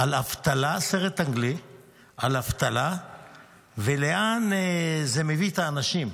סרט אנגלי על אבטלה ולאן זה מביא את האנשים.